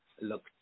look